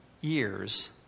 years